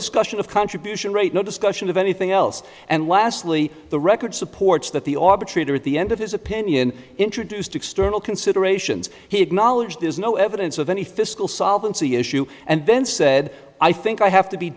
discussion of contribution rate no discussion of anything else and lastly the record supports that the arbitrator at the end of his opinion introduced external considerations he acknowledged there's no evidence of any fiscal solvency issue and then said i think i have to be